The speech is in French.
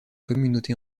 communauté